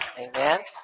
Amen